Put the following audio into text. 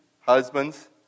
husbands